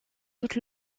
toute